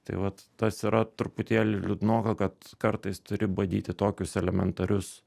tai vat tas yra truputėlį liūdnoka kad kartais turi badyti tokius elementarius